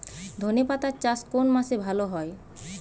ধনেপাতার চাষ কোন মাসে ভালো হয়?